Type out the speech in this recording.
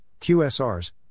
QSRs